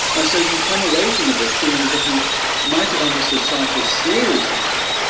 and so you come away from the book feeling as if you might have understood sartre's theories better,